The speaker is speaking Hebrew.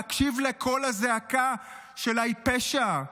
להקשיב לקול הזעקה שלה היא פשע?